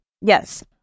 yes